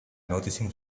noticing